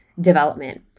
development